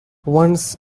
once